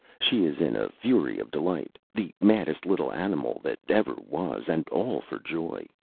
she is in a fury of delight, the maddest little animal that ever was, and all for joy.